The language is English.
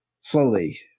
slowly